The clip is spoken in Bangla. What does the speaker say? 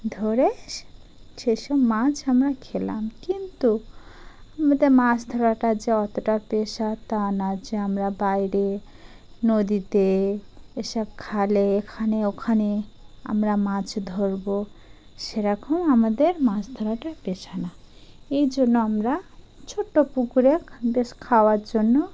ধরে সেসব মাছ আমরা খেলাম কিন্তু আমাদের মাছ ধরাটা যে অতটা পেশা তা না যে আমরা বাইরে নদীতে এসব খালে এখানে ওখানে আমরা মাছ ধরবো সেরকম আমাদের মাছ ধরাটা পেশা না এই জন্য আমরা ছোট্টো পুকুরে বেশ খাওয়ার জন্য